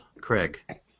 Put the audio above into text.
Craig